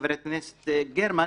חברת הכנסת גרמן,